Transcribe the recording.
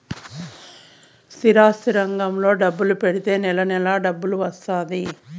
స్థిరాస్తి రంగంలో డబ్బు పెడితే నెల నెలా డబ్బు వత్తాది